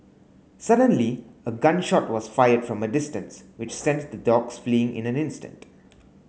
suddenly a gun shot was fired from a distance which sent the dogs fleeing in an instant